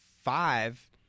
five